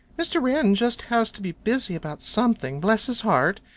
mr. wren just has to be busy about something, bless his heart,